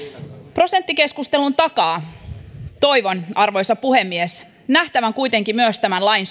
prosenttikeskustelun takaa toivon arvoisa puhemies nähtävän kuitenkin myös tämän lain